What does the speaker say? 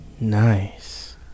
Nice